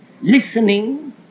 listening